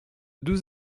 deux